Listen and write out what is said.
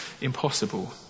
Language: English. impossible